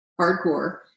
hardcore